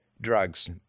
drugs